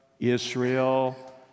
Israel